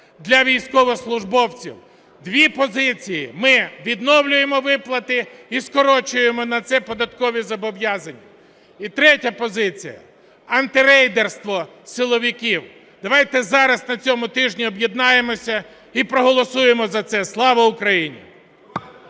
для військовослужбовців. Дві позиції: ми відновлюємо виплати і скорочуємо на це податкові зобов'язання. І третя позиція. Антирейдерство силовиків. Давайте зараз на цьому тижні об'єднаємося і проголосуємо за це. Слава Україні!